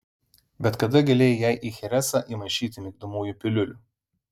bet kada galėjai jai į cheresą įmaišyti migdomųjų piliulių